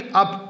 up